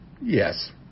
yes